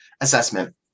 assessment